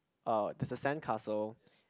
uh there's a sandcastle